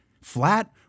flat